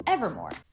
Evermore